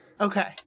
okay